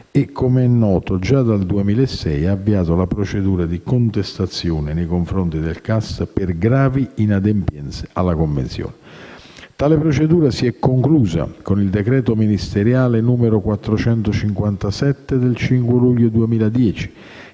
e, com'è noto, già dal 2006 ha avviato una procedura di contestazione nei confronti del CAS per gravi inadempienze alla convenzione. Tale procedura si è conclusa con il decreto interministeriale n. 457 del 5 luglio 2010,